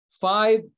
five